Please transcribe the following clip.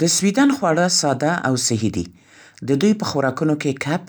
د سویدن خواړه ساده او صحي دي. د دوی په خوراکونو کې کب،